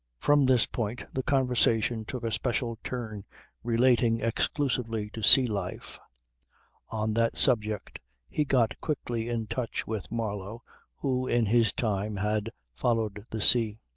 from this point the conversation took a special turn relating exclusively to sea-life. on that subject he got quickly in touch with marlow who in his time had followed the sea.